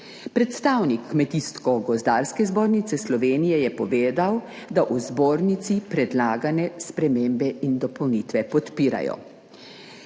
Predstavnik Kmetijsko gozdarske zbornice Slovenije je povedal, da v zbornici predlagane spremembe in dopolnitve podpirajo.